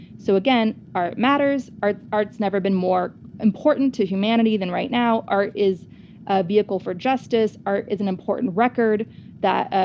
so again, art matters. art's art's never been more important to humanity than right now. art is a vehicle for justice. art is an important record that. ah